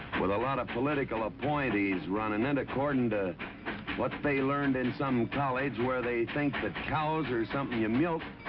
with a lot of political appointees running it. and according to what they learned in some college. where they think that cows are something you milk,